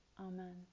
Amen